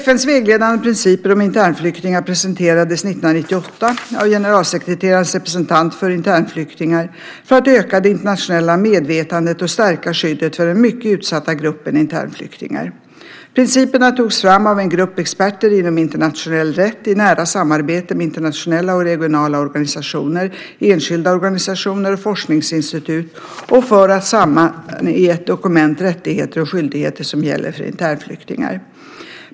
FN:s vägledande principer om internflyktingar presenterades 1998 av generalsekreterarens representant för internflyktingar för att öka det internationella medvetandet och stärka skyddet för den mycket utsatta gruppen internflyktingar. Principerna togs fram av en grupp experter inom internationell rätt i nära samarbete med internationella och regionala organisationer, enskilda organisationer och forskningsinstitut och för samman i ett dokument de rättigheter och skyldigheter som gäller för internflyktingar.